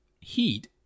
heat